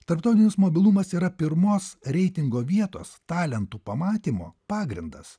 tarptautinis mobilumas yra pirmos reitingo vietos talentų pamatymo pagrindas